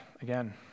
again